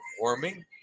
warming